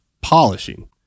polishing